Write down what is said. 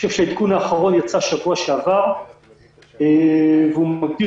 העדכון האחרון יצא בשבוע שעבר והוא מגדיר